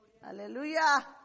Hallelujah